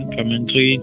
Commentary